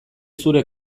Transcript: zure